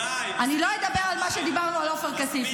אני לא אדבר על מה שדיברנו על עופר כסיף.